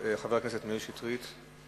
חבר הכנסת מאיר שטרית.